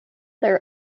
their